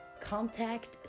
contact